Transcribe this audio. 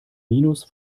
minus